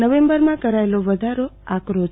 નવેમ્બરમાં કરાયેલો વધારો આકરો છે